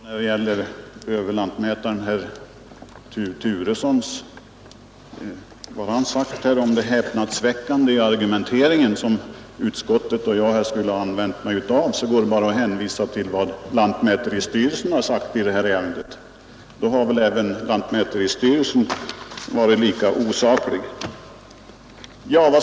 Herr talman! När det gäller vad överlantmätaren herr Turesson har sagt om det häpnadsväckande i den argumentering som utskottsmajoriteten och jag skulle ha använt, så går det bara att hänvisa till vad lantmäteristyrelsen har sagt i det här ärendet. Då har väl lantmäteristyrelsen varit lika osaklig.